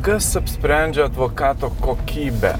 kas apsprendžia advokato kokybę